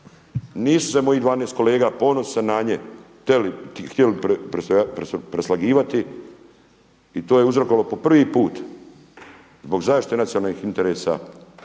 nisu se mojih 12 kolega, ponosan sam na njih, htjeli preslagivati i to je uzrokovalo po prvi put zbog zaštite nacionalnih interesa